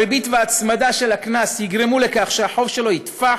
הריבית וההצמדה של הקנס יגרמו לכך שהחוב שלו יתפח,